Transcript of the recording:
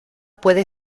puede